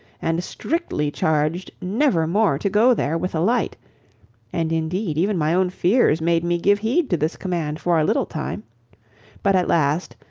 and strictly charged never more to go there with a light and, indeed, even my own fears made me give heed to this command for a little time but at last,